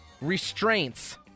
restraints